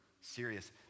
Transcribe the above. serious